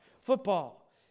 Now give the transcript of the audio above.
football